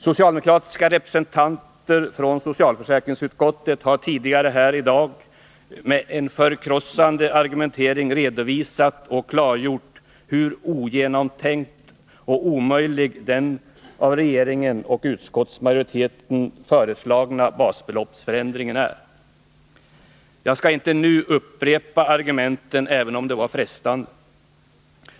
Socialdemokratiska representanter för socialförsäkringsutskottet har tidigare här i dag med en förkrossande argumentering redovisat och klargjort hur ogenomtänkt och omöjlig den av regeringen och utskottsmajoriteten föreslagna basbeloppsförändringen är. Jag skall inte nu upprepa argumenten, även om det är frestande.